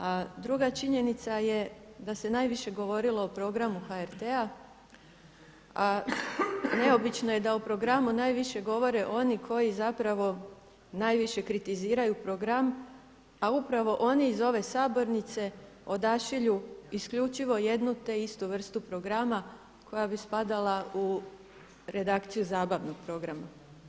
A druga činjenica je da se najviše govorilo o programu HRT-a, a neobično je da o programu najviše govore oni koji najviše kritiziraju program, a upravo oni iz ove sabornice odašilju isključivo jednu te istu vrstu programa koja bi spadala u redakciju zabavnog programa.